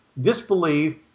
disbelief